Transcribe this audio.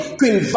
Queen